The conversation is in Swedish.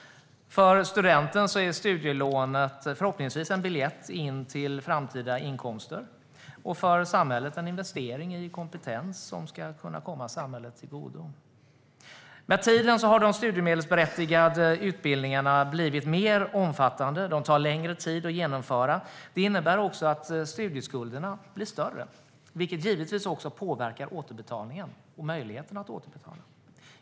För studenten är studielånet förhoppningsvis en biljett in till framtida inkomster och för samhället en investering i kompetens som ska kunna komma samhället till godo. Med tiden har de studiemedelsberättigade utbildningarna blivit mer omfattande och tar längre tid att genomföra. Det innebär att studieskulderna blir större, vilket givetvis också påverkar återbetalningen och möjligheten att återbetala dem.